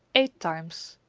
eight times.